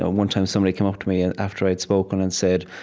ah one time, somebody came up to me and after i'd spoken and said,